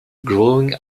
growing